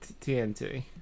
TNT